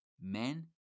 men